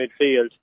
midfield